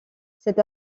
cet